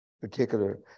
particular